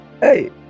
Hey